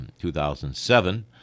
2007